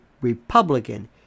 Republican